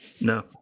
No